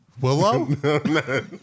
Willow